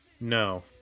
No